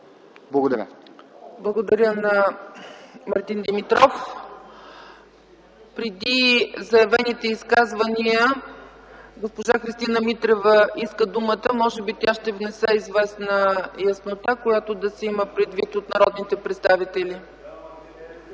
Благодаря, господин Димитров. Преди заявените изказвания госпожа Христина Митрева поиска думата. Може би тя ще внесе известна яснота, която да се има предвид от народните представители.